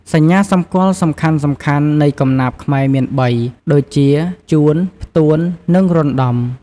សញ្ញាសម្គាល់សំខាន់ៗនៃកំណាព្យខ្មែរមានបី ដូចជា ជួន ផ្ទួន និង រណ្តំ។